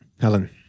Helen